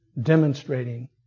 demonstrating